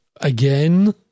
again